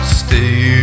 stay